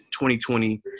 2020